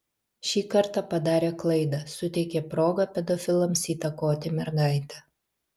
šį kartą padarė klaidą suteikė progą pedofilams įtakoti mergaitę